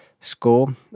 score